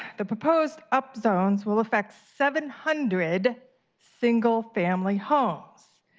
the proposed up stones will affect seven hundred single-family homes.